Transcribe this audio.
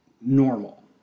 normal